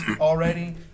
already